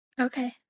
Okay